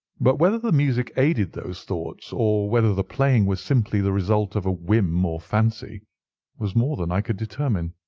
but whether the music aided those thoughts, or whether the playing was simply the result of a whim or fancy was more than i could determine.